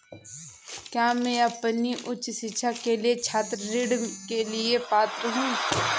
क्या मैं अपनी उच्च शिक्षा के लिए छात्र ऋण के लिए पात्र हूँ?